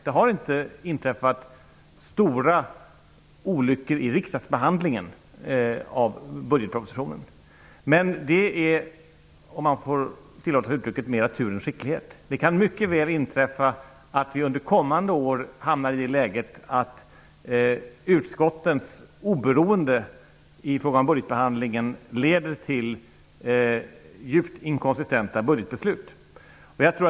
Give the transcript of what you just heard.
Det har inte inträffat stora olyckor i riksdagsbehandlingen av budgetpropositionen. Det är, om man får tillåta sig uttrycket, mera tur än skicklighet. Det kan mycket väl inträffa att vi under kommande år hamnar i det läget att utskottens oberoende i fråga om budgetbehandlingen leder till djupt inkonsistenta budgetbeslut.